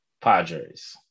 Padres